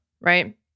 Right